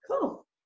Cool